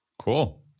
Cool